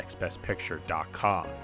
nextbestpicture.com